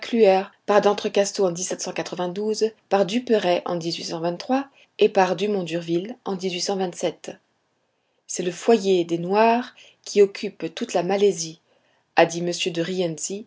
par d'entrecasteaux en par duperrey en et par dumont d'urville en c'est le foyer des noirs qui occupent toute la malaisie a dit